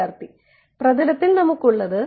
വിദ്യാർത്ഥി പ്രതലത്തിൽ നമുക്കുള്ളത്